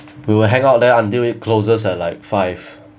we will hang out there until it closes at like five